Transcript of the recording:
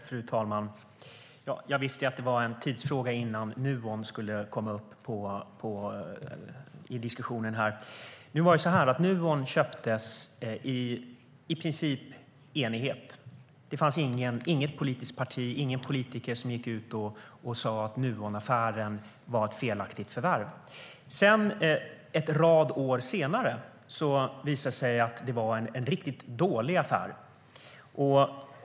Fru talman! Jag visste att det bara var en tidsfråga innan Nuon skulle komma upp i diskussionen. Nuon köptes i princip i enighet. Det fanns inget politiskt parti och ingen politiker som gick ut och sa att Nuonaffären var ett felaktigt förvärv. En rad år senare visade det sig vara en riktigt dålig affär.